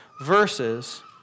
verses